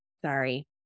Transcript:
sorry